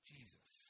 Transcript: Jesus